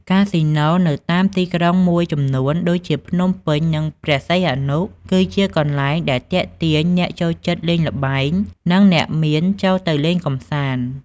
កាស៊ីណូនៅតាមទីក្រុងមួយចំនួន ដូចជាភ្នំពេញ និងព្រះសីហនុ គឺជាកន្លែងដែលទាក់ទាញអ្នកចូលចិត្តលេងល្បែង និងអ្នកមានចូលទៅលេងកម្សាន្ត។